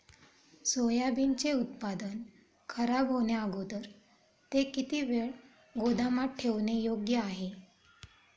सोयाबीनचे उत्पादन खराब होण्याअगोदर ते किती वेळ गोदामात ठेवणे योग्य आहे?